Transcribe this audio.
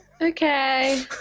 Okay